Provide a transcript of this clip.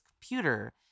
computer